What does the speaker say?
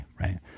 right